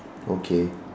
okay